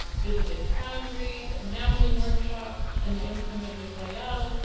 visited foundries, enameling workshops, and the imprimerie royale.